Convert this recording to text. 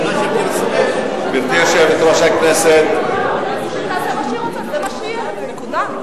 גברתי יושבת-ראש הכנסת, יש צעקות.